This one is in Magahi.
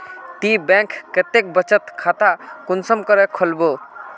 ती बैंक कतेक बचत खाता कुंसम करे खोलबो?